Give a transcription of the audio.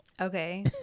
Okay